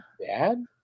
dad